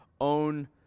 own